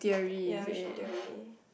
ya which theory